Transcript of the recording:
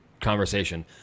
conversation